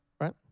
right